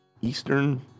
eastern